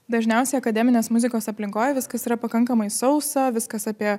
dažniausiai akademinės muzikos aplinkoj viskas yra pakankamai sausa viskas apie